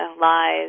lies